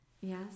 Yes